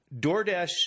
DoorDash